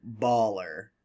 baller